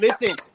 Listen